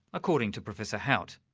according to professor hout.